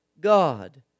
God